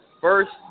First